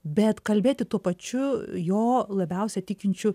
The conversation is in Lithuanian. bet kalbėti tuo pačiu jo labiausiai tikinčiu